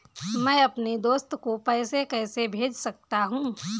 मैं अपने दोस्त को पैसे कैसे भेज सकता हूँ?